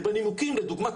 ובנימוקים לדוגמא,